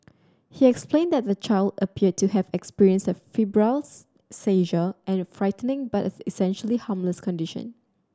he explained that the child appeared to have experienced a febrile seizure and a frightening but essentially harmless condition